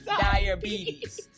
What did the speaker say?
diabetes